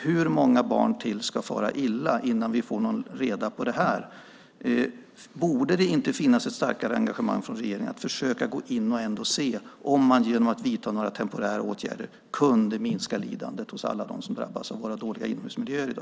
Hur många fler barn ska fara illa innan vi får någon ordning på detta? Borde det inte finnas ett starkare engagemang från regeringen att försöka gå in och se om man genom att vidta temporära åtgärder kunde minska lidandet hos alla dem som drabbas av de dåliga inomhusmiljöerna?